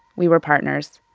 we were partners.